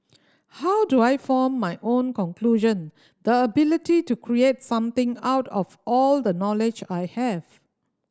how do I form my own conclusion the ability to create something out of all the knowledge I have